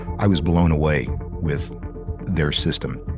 i was blown away with their system.